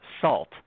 salt